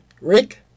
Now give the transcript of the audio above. Rick